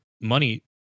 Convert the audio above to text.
money